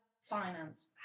finance